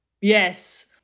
Yes